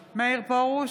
פרוש,